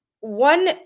one